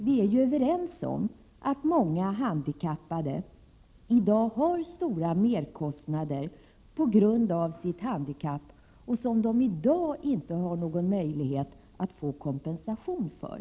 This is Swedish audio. Vi är ju överens om att många handikappade i dag har stora merkostnader på grund av sitt handikapp, merkostnader som de i dag inte har någon möjlighet att få kompensation för.